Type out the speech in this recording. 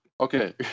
Okay